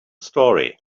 story